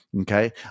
Okay